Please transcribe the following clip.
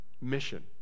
mission